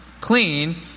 clean